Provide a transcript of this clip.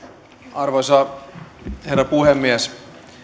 arvoisa herra puhemies